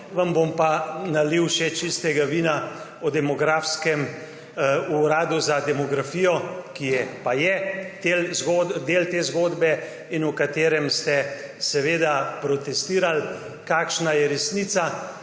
Vam bom pa nalil še čistega vina o demografskem uradu, ki pa je del te zgodbe in o katerem ste protestirali. Kakšna je resnica?